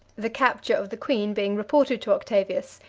the capture of the queen being reported to octavius,